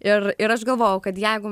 ir ir aš galvojau kad jeigu